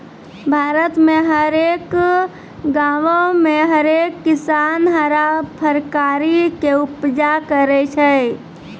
भारत मे हरेक गांवो मे हरेक किसान हरा फरकारी के उपजा करै छै